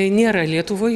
nėra lietuvoj